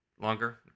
longer